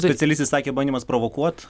specialistai sakė bandymas provokuot